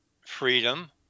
freedom